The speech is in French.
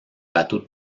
bateaux